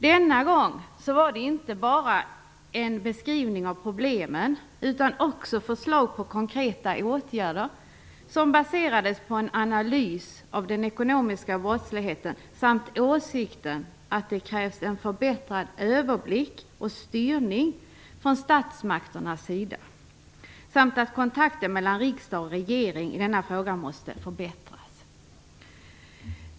Denna gång beskrev man inte bara problemen utan kom också med förslag på konkreta åtgärder som baserades på en analys av den ekonomiska brottsligheten. Man framförde även åsikten att det krävs en förbättrad överblick och styrning från statsmakternas sida samt att kontakten mellan riksdag och regering i denna fråga måste förbättras.